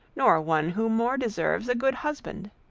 nor one who more deserves a good husband.